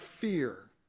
fear